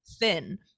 thin